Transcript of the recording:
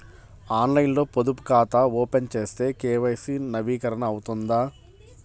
ఆన్లైన్లో పొదుపు ఖాతా ఓపెన్ చేస్తే కే.వై.సి నవీకరణ అవుతుందా?